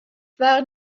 waren